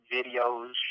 videos